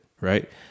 Right